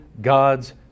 God's